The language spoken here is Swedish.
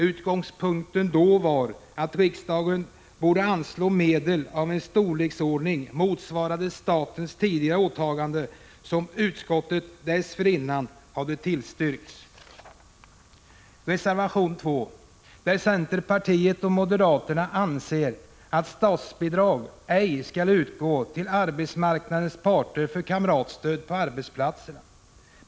Utgångspunkten då var att riksdagen borde anslå medel i storleksordning motsvarande statens tidigare åtaganden som utskottet dessförinnan hade tillstyrkt. I reservation 2 av centern och moderaterna anses att statsbidrag ej bör utgå till arbetsmarknadens parter för kamratstöd på arbetsplatserna.